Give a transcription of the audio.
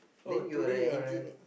oh today you're a